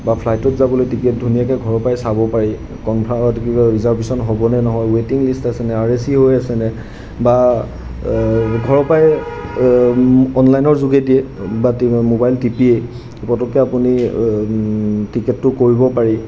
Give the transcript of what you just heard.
বা ফ্লাইটত যাবলৈ টিকেট ধুনীয়াকৈ ঘৰৰ পৰাই চাব পাৰি কনফা এইটো কিবা ৰিজাৰ্ভেশ্যন হ'বনে নহয় ৱেইটিং লিষ্ট আছেনে আৰ এ চি হৈ আছেনে বা ঘৰৰ পৰাই অনলাইনৰ যোগেদিয়ে বা মোবাইল টিপিয়েই পততকৈ আপুনি টিকেটটো কৰিব পাৰি